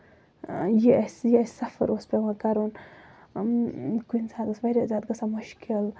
یہِ اَسہِ یہِ اَسہِ سفر اوس پیٚوان کرُن کُنہِ ساتہٕ اوس واریاہ زیادٕ گژھان مُشکِل